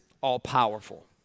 all-powerful